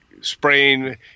spraying